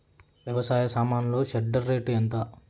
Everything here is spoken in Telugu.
వ్యవసాయ సామాన్లు షెడ్డర్ రేటు ఎంత?